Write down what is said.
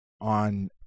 on